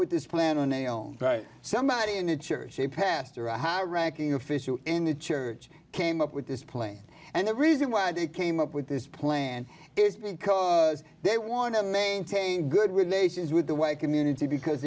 with this plan on a on somebody in a church a pastor or a high ranking official in the church came up with this plane and the reason why they came up with this plan is because they want to maintain good relations with the white community because